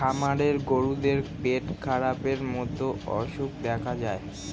খামারের গরুদের পেটখারাপের মতো অসুখ দেখা যায়